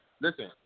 Listen